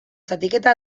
zatiketa